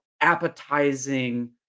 appetizing